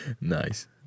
Nice